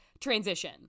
transition